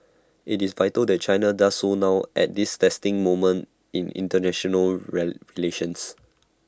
IT is vital that China does so now at this testing moment in International relations